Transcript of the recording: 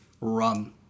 run